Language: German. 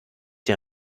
der